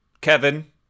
Kevin